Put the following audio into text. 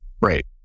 Right